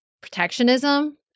protectionism